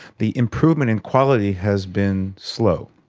the improvement in quality has been slow,